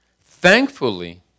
Thankfully